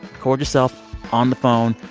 record yourself on the phone,